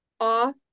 off